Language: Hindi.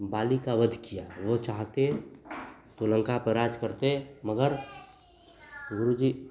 बाली का वध किया वह चाहते तो लन्का पर राज करते मगर गुरुजी